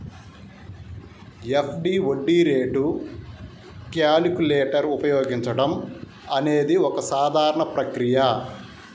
FD వడ్డీ rate calculator ఉపయోగించడం అనేది ఒక సాధారణ ప్రక్రియ